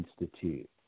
Institute